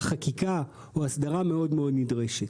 חקיקה או הסדרה מאוד מאוד נדרשת.